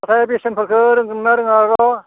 नाथाय बेसेरफोरखो रोंगोन ना रोङा